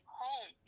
home